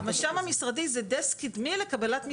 המש"מ המשרדי הוא דסק קדמי לקבלת מסמכים,